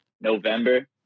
November